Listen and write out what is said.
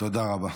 תודה רבה.